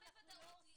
ולהבין ע ל מה את מדברת.